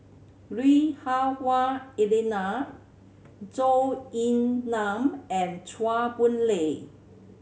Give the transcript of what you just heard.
Lui Hah Wah Elena Zhou Ying Nan and Chua Boon Lay